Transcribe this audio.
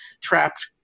trapped